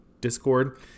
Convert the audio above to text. Discord